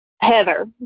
Heather